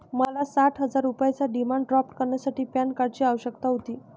मला साठ हजार रुपयांचा डिमांड ड्राफ्ट करण्यासाठी पॅन कार्डची आवश्यकता होती